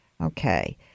Okay